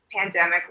pandemic